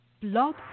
Blog